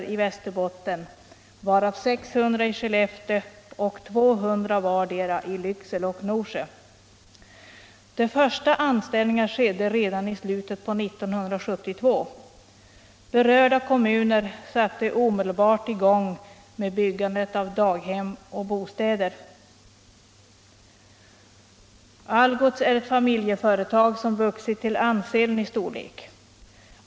140 Algot är ett familjeföretag som vuxit till ansenlig storlek.